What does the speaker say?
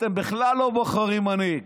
אתם בכלל לא בוחרים מנהיג.